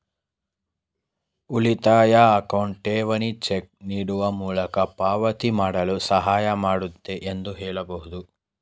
ಉಳಿತಾಯ ಅಕೌಂಟ್ ಠೇವಣಿ ಚೆಕ್ ನೀಡುವ ಮೂಲಕ ಪಾವತಿ ಮಾಡಲು ಸಹಾಯ ಮಾಡುತ್ತೆ ಎಂದು ಹೇಳಬಹುದು